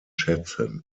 schätzen